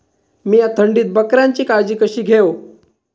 मीया थंडीत बकऱ्यांची काळजी कशी घेव?